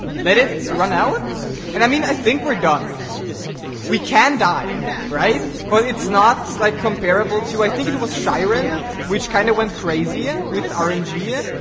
let it run out and i mean i think we're done we can die yeah right but it's not like comparable to i think it it was siren which kind of went crazy with orange eeeh,